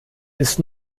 ist